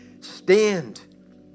Stand